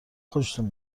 خوشتون